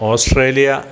Australia